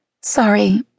Sorry